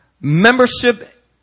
Membership